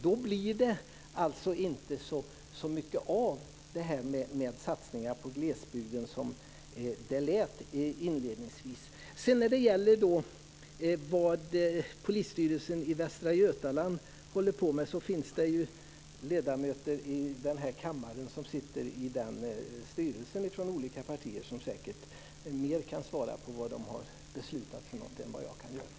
Det blir då inte så mycket av satsningar på glesbygden som det inledningsvis lät. Vad gäller det som polisstyrelsen i Västra Götaland håller på med kan jag hänvisa till att det finns kammarledamöter från olika partier som sitter i den styrelsen. De kan säkert ge bättre besked om vad som där har beslutats än vad jag kan göra.